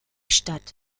statt